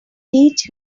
teach